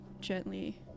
gently